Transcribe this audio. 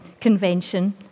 convention